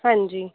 ਹਾਂਜੀ